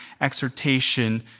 exhortation